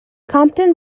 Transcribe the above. compton